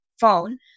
phone